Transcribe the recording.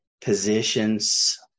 positions